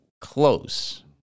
close